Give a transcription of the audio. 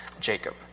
Jacob